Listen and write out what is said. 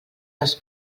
les